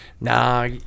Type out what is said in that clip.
Nah